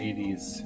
80s